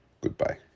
Goodbye